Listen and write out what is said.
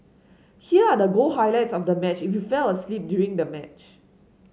here are the goal highlights of the match if you fell asleep during the match